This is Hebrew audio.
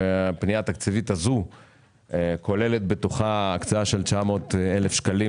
והפנייה התקציבית הזו כוללת בתוכה הקצאה של 900,000 שקלים